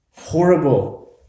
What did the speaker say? horrible